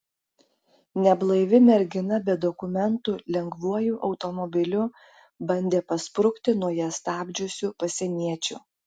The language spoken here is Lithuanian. neblaivi mergina be dokumentų lengvuoju automobiliu bandė pasprukti nuo ją stabdžiusių pasieniečių